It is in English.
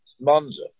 Monza